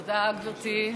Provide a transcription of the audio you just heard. תודה, גברתי.